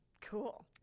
Cool